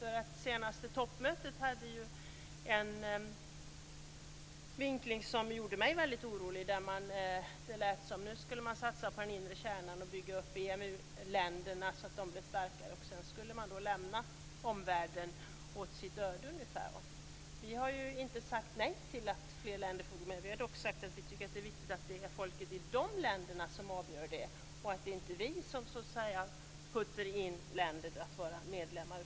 Det senaste toppmötet hade en vinkling som gjorde mig väldigt orolig. Det lät som om man nu skulle satsa på den inre kärnan och bygga upp EMU länderna, så att de blev starkare. Sedan skulle man lämna omvärlden åt sitt öde. Vi har inte sagt nej till att fler länder skall få gå med. Vi har dock sagt att vi tycker att det är folket i de länderna som skall avgöra och att vi inte, så att säga, skall putta in länder som medlemmar.